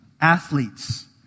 athletes